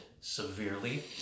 severely